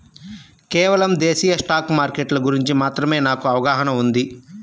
కేవలం దేశీయ స్టాక్ మార్కెట్ల గురించి మాత్రమే నాకు అవగాహనా ఉంది